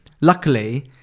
luckily